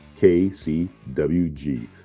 KCWG